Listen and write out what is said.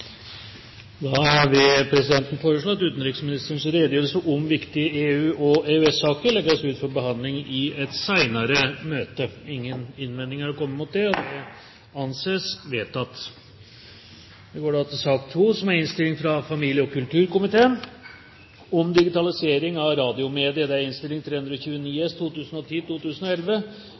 vil foreslå at utenriksministerens redegjørelse om viktige EU- og EØS-saker legges ut for behandling i et senere møte. – Ingen innvendinger har kommet mot det, og det anses vedtatt. Etter ønske fra familie- og kulturkomiteen vil presidenten foreslå at debatten begrenses til 1 time og